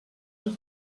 les